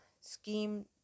scheme